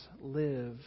live